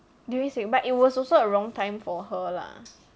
during circuit but it was also a wrong time for her lah